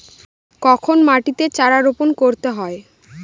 কখন মাটিতে চারা রোপণ করতে হয়?